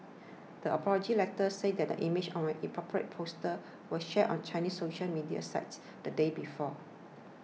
the apology letter said that images of an inappropriate poster were shared on Chinese social media sites the day before